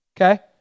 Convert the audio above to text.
okay